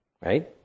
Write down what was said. right